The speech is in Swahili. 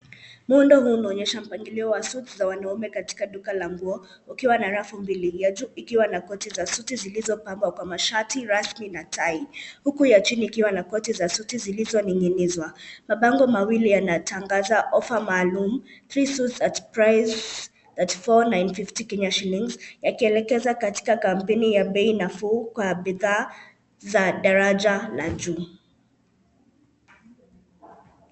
Muundo huu unaonyesha mpangilio wa suits za wanaume, katika duka la nguo, ukiwa na rafu mbili. Ya juu ikiwa na koti za suti zilizopangwa kwa mashati rasmi na tai. Huku ya chini ikiwa na koti za suti zilizoning'inizwa. Mabango mawili yanatangaza ofa maalum, 3 suits at price 34,950 KES yakielekeza katika kampeni ya bei nafuu, kwa bidhaa za daraja la juu.